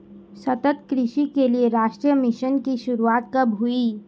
सतत कृषि के लिए राष्ट्रीय मिशन की शुरुआत कब हुई?